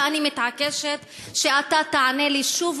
ואני מתעקשת שאתה תענה לי שוב,